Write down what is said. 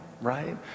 right